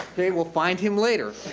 okay, we'll find him later.